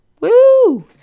woo